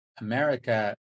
America